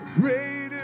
greater